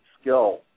skill